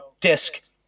disc